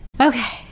Okay